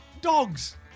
dogs